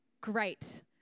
great